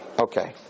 Okay